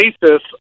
basis